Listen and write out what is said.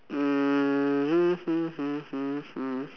um hmm hmm hmm hmm hmm